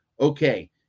Okay